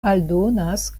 aldonas